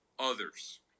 others